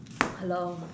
hello